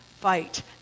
fight